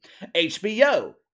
HBO